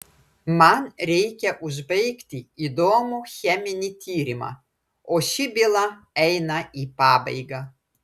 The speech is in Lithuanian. man reikia užbaigti įdomų cheminį tyrimą o ši byla eina į pabaigą